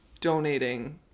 Donating